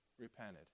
repented